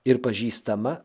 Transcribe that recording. ir pažįstama